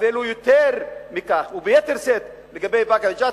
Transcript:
אפילו יותר מכך וביתר שאת לגבי באקה ג'ת,